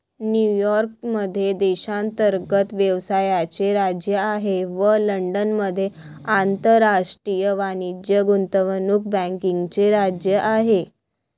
New York मध्ये देशांतर्गत व्यवसायाचे राज्य आहे व लंडनमध्ये आंतरराष्ट्रीय वाणिज्य गुंतवणूक बँकिंगचे राज्य आहे